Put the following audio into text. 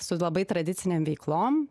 su labai tradicinėm veiklom